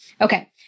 okay